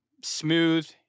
smooth